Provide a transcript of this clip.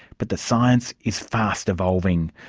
but the science is fast evolving.